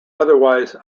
otherwise